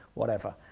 whatever.